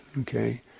Okay